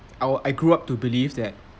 our I grew up to believe that